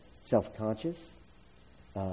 self-conscious